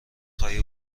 خواهی